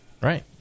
Right